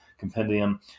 compendium